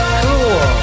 cool